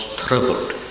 troubled